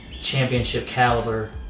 championship-caliber